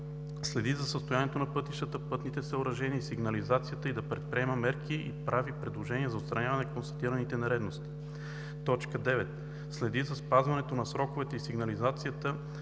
следи за състоянието на пътищата, пътните съоръжения и сигнализацията, и да предприема мерки и прави предложения за отстраняване констатираните нередности; 9. следи за спазването на сроковете и сигнализацията